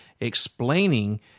explaining